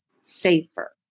safer